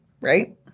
right